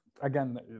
again